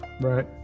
Right